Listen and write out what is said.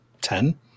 ten